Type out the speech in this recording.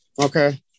Okay